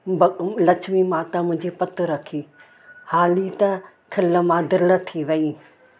भग लक्ष्मी माता मुंहिंजी पति रखी हाली त खिल मां दिलि थी वई